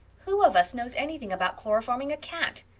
who of us knows anything about chloroforming a cat?